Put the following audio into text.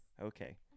Okay